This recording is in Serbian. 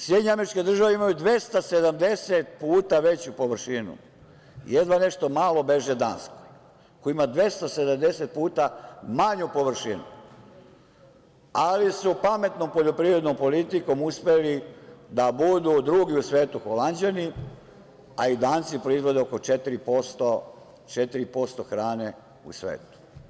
Sjedinjene Američke Države imaju 270 puta veću površinu, jedva nešto malo beže Danskoj koja ima 270 puta manju površinu, ali su pametnom poljoprivrednom politikom uspeli da budu drugi u svetu Holanđani, a ni Danci proizvode oko 4% hrane u svetu.